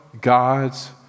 God's